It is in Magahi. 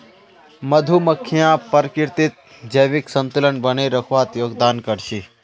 मधुमक्खियां प्रकृतित जैविक संतुलन बनइ रखवात योगदान कर छि